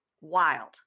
wild